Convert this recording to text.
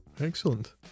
Excellent